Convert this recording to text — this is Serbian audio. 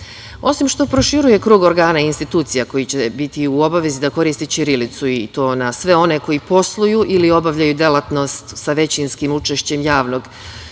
što proširuje krug organa i institucija koji će biti u obavezi da koristi ćirilicu i to na sve one koji posluju ili obavljaju delatnost sa većinskim učešćem javnog